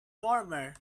warmer